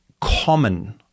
common